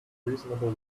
reasonable